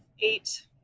eight